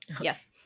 Yes